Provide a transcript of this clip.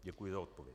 Děkuji za odpověď.